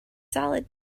salad